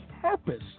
purpose